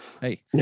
hey